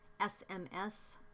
SMS